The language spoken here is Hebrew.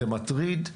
זה מטריד,